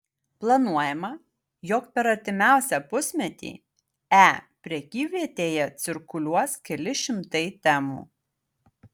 planuojama jog per artimiausią pusmetį e prekyvietėje cirkuliuos keli šimtai temų